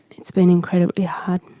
it's been incredibly hard.